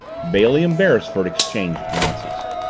bailey and beresford exchanged glances.